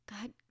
God